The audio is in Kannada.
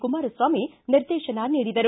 ಕುಮಾರಸ್ವಾಮಿ ನಿರ್ದೇಶನ ನೀಡಿದರು